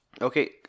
Okay